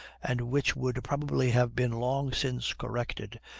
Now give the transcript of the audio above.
and which would probably have been long since corrected,